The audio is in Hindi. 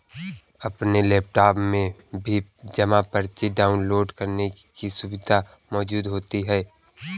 अपने लैपटाप में भी जमा पर्ची डाउनलोड करने की सुविधा मौजूद होती है